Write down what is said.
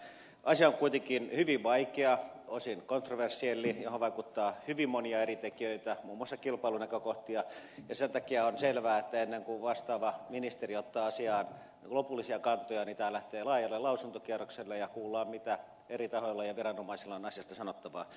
asia on kuitenkin hyvin vaikea osin kontroversielli ja siihen vaikuttaa hyvin monia eri tekijöitä muun muassa kilpailunäkökohtia ja sen takia on selvää että ennen kuin vastaava ministeri ottaa asiaan lopullisia kantoja tämä lähtee laajalle lausuntokierrokselle ja kuullaan mitä eri tahoilla ja viranomaisilla on asiasta sanottavaa